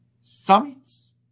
Summits